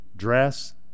dress